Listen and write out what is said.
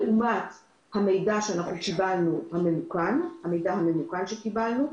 לעומת המידע הממוכן שקיבלנו,